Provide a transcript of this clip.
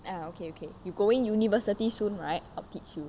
ya okay okay you going university soon right I'll teach you